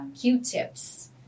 Q-tips